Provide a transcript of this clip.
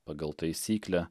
pagal taisyklę